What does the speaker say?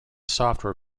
software